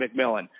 McMillan